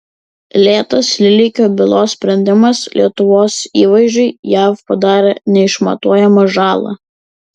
lėtas lileikio bylos sprendimas lietuvos įvaizdžiui jav padarė neišmatuojamą žalą